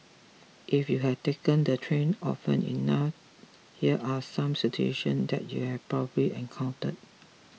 if you have taken the train often enough here are some situation that you'd have probably encountered